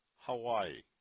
Hawaii